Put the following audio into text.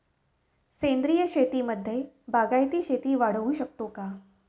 सेंद्रिय शेतीमध्ये बागायती शेती वाढवू शकतो का?